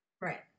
Right